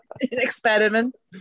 Experiments